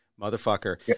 motherfucker